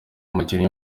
umukinnyi